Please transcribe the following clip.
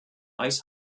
ice